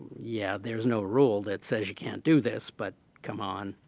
yeah, there's no rule that says you can't do this, but come on.